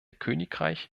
königreich